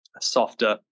softer